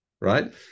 right